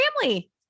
family